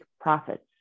profits